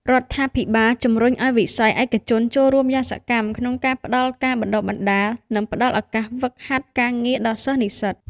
រដ្ឋាភិបាលជំរុញឱ្យវិស័យឯកជនចូលរួមយ៉ាងសកម្មក្នុងការផ្តល់ការបណ្តុះបណ្តាល និងផ្តល់ឱកាសហ្វឹកហាត់ការងារដល់សិស្សនិស្សិត។